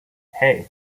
hey